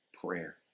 prayer